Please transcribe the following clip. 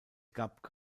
gab